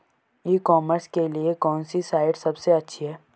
ई commerce के लिए कौनसी साइट सबसे अच्छी है?